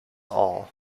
all